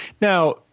Now